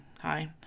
hi